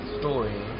story